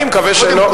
אני מקווה שלא.